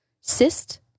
cyst